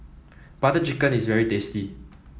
Butter Chicken is very tasty